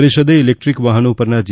પરિષદે ઇલેક્ટ્રીક વાહનો પરના જી